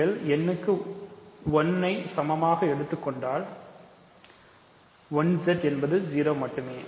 நீங்கள் n க்கு 1 க்கு சமமாக எடுத்துக் கொண்டால் 1 Z என்பது 0 மட்டுமே